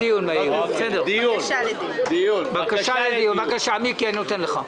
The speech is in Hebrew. מיקי לוי, אני נותן לך,